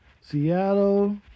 Seattle